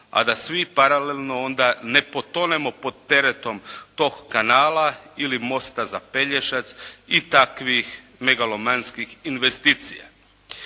a da svi paralelno onda ne potonemo pod teretom tog kanala ili mosta za Pelješac i takvih megalomanskih investicija.